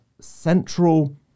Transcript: central